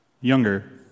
Younger